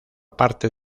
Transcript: parte